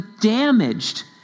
damaged